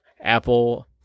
Apple